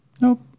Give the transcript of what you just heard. Nope